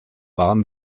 waren